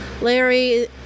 Larry